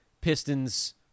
Pistons